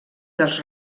dels